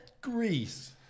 greece